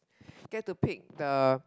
get to pick the